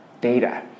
data